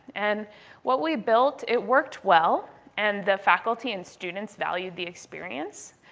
and what we built, it worked well and the faculty and students valued the experience.